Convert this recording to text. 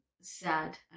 sad